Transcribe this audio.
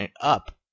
up